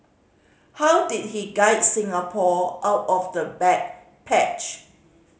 how did he guide Singapore out of the bad patch